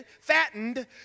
fattened